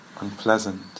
Unpleasant